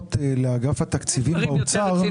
ולהודות לאגף התקציבים באוצר.